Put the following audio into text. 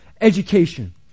education